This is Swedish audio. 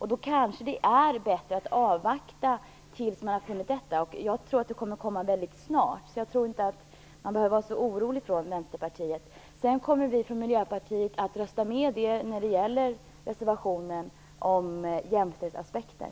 Då kanske det är bättre att avvakta tills man har funnit det här. Jag tror att det kommer att inträffa mycket snart. Jag tror inte att man behöver vara så orolig från Vänsterpartiets sida. Vi i Miljöpartiet kommer att rösta med er när det gäller reservationen om jämställdhetsaspekter.